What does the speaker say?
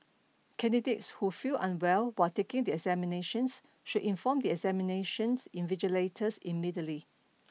candidates who feel unwell while taking the examinations should inform the examinations invigilators immediately